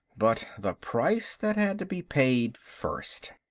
but the price that had to be paid first!